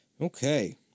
Okay